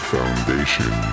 foundation